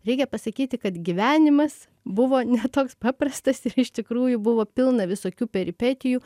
reikia pasakyti kad gyvenimas buvo ne toks paprastas ir iš tikrųjų buvo pilna visokių peripetijų